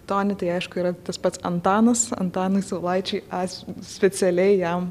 toni tai aišku yra tas pats antanas antanui saulaičiui as specialiai jam